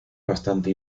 bastante